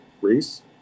Reese